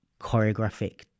choreographic